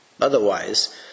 Otherwise